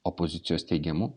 opozicijos teigimu